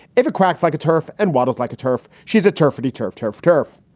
if a quacks like a turf and waddles like a turf, she's a turf, pretty turf, turf, turf.